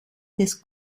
des